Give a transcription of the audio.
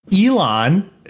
Elon